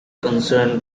concerned